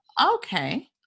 Okay